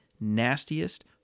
nastiest